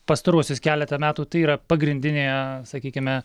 pastaruosius keletą metų tai yra pagrindinė sakykime